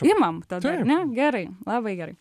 imam tada ar ne gerai labai gerai